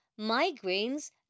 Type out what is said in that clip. migraines